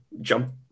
jump